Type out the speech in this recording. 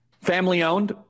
family-owned